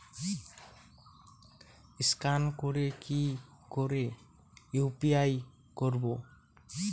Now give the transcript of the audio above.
Scan করে কি করে ইউ.পি.আই করবো?